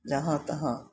जहाँ तहाँ